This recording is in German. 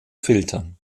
filtern